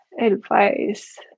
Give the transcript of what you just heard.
advice